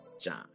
John